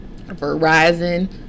verizon